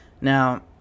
Now